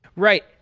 right.